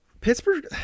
Pittsburgh